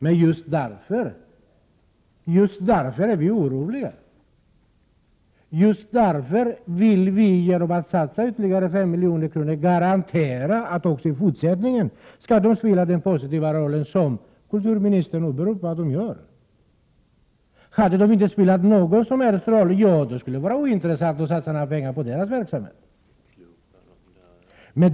Men det är just därför som vi är oroliga, och det är just därför som vi genom att satsa ytterligare 5 milj.kr. vill garantera att de också i fortsättningen skall spela den positiva roll som kulturministern här åberopade. Om de inte hade spelat någon som helst roll — ja. då skulle det vara ointressant att satsa några som helst pengar på deras verksamhet.